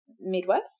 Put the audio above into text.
Midwest